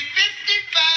55